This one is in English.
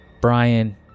Brian